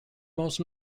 most